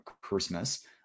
Christmas